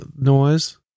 noise